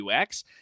UX